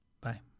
Bye